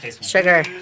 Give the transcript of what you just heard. sugar